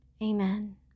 Amen